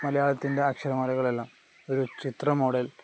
മലയാളത്തിൻ്റെ അക്ഷരമാലകളെല്ലാം ഒരു ചിത്രമോഡൽ